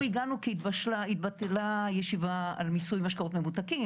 אנחנו הגענו כי התבטלה ישיבה על מיסוי משקאות ממותקים